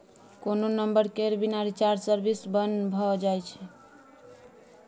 कोनो नंबर केर बिना रिचार्ज सर्विस बन्न भ जाइ छै